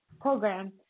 program